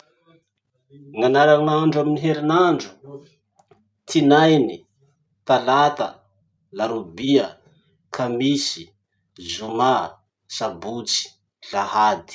Gn'anaranandro amy herinandro: tinainy, talata, larobia, kamisy, zoma, sabotsy, lahady.